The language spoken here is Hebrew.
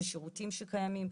בשירותים שקיימים,